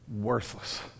worthless